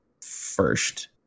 first